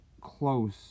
close